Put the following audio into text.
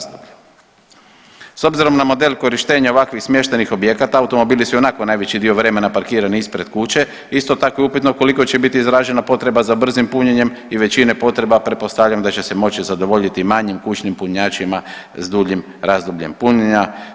S obzirom na model korištenja ovakvih smještajnih objekata automobili su i onako najveći dio vremena parkirani ispred kuće, isto tako je upitno koliko će biti izražena potreba za brzim punjenjem i većine potreba pretpostavljam da će se moći zadovoljiti manjim kućnim punjačima s duljim razdobljem punjenja.